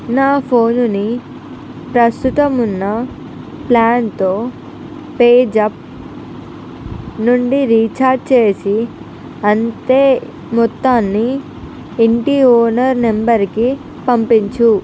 నా ఫోనుని ప్రస్తుతం ఉన్న ప్లాన్తో పేజాప్ నుండి రీఛార్జ్ చేసి అంతే మొత్తాన్ని ఇంటి ఓనరు నంబరుకి పంపించు